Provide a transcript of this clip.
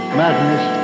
madness